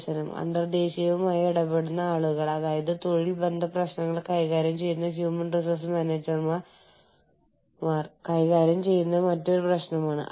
നിങ്ങൾ എന്താണ് ചെയ്യുന്നത് നിങ്ങൾ അത് എങ്ങനെ ചെയ്യുന്നു എങ്ങനെയാണ് നിങ്ങൾ സ്വയം സംഘടിപ്പിക്കുന്നത് എന്നതെല്ലാം ലക്ഷ്യങ്ങൾ നിർണ്ണയിക്കുന്നു